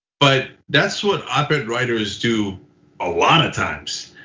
but that's what op-ed writers do a lot of times.